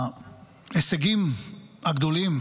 ההישגים הגדולים